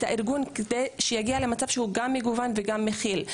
הארגון כדי שיגיע למצב שהוא גם מגוון וגם מכיל.